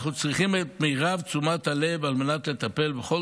אנחנו צריכים את מרב תשומת הלב על מנת לטפל בכל